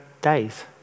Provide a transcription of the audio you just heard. days